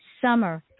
Summer